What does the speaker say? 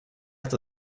äta